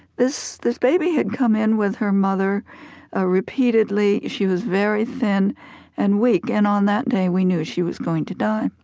this this baby had come in with her mother ah repeatedly. she was very thin and weak, and on that day we knew she was going to die.